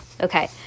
Okay